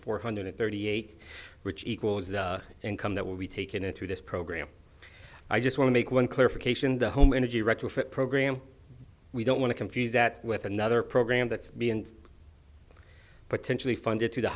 four hundred thirty eight which equals the income that will be taken into this program i just want to make one clarification the home energy retrofit program we don't want to confuse that with another program that's being potentially funded through the